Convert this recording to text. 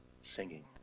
singing